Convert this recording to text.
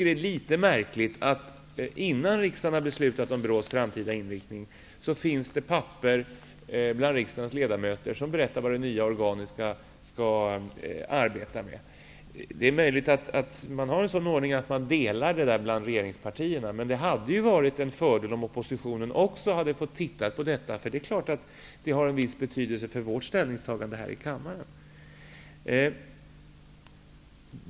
Det är litet märkligt att det finns papper hos riksdagens ledamöter som berättar vad det nya organet skall arbeta med, innan riksdagen har beslutat om BRÅ:s framtida inriktning. Det är möjligt att man har en sådan ordning att man delar detta till regeringspartierna, men det hade varit en fördel om oppositionen också hade fått titta på detta. Det är klart att det har en viss betydelse för vårt ställningstagande här i kammaren.